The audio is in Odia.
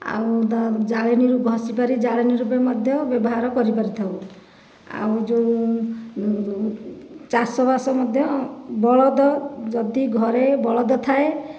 ଆଉ ଜାଳେଣିରୁ ରୁ ଘଷି ପାରି ଜାଳେଣୀ ରୂପେ ମଧ୍ୟ ବ୍ୟବହାର କରିପାରିଥାଉ ଆଉ ଯେଉଁ ଚାଷବାସ ମଧ୍ୟ ବଳଦ ଯଦି ଘରେ ବଳଦ ଥାଏ